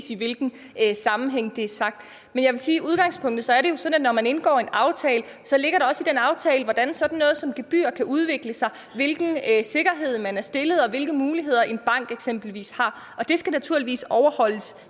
i hvilken sammenhæng det er sagt. Men jeg vil sige, at i udgangspunktet er det jo sådan, at når man indgår en aftale, ligger der også i den aftale, hvordan sådan noget som gebyrer kan udvikle sig, hvilken sikkerhed man har, og hvilke muligheder en bank eksempelvis har. Og de reguleringer, der